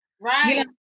right